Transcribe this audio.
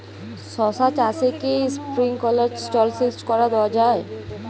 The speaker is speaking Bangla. শশা চাষে কি স্প্রিঙ্কলার জলসেচ করা যায়?